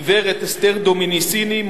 גברת אסתר דומיניסיני,